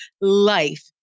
life